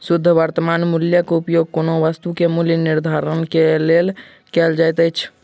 शुद्ध वर्त्तमान मूल्यक उपयोग कोनो वस्तु के मूल्य निर्धारणक लेल कयल जाइत अछि